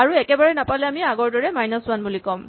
আৰু একেবাৰে নাপালে আমি আগৰদৰে মাইনাচ ৱান বুলি ক'ম